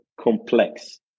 complex